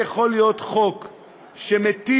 השאלה לגבי הצעת החוק שעולה עכשיו היא אם יש זכות או הטבה